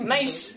Nice